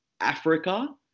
Africa